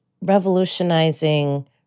revolutionizing